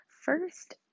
first